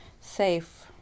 safe